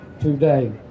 today